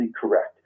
correct